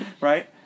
Right